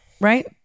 right